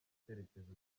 icyerekezo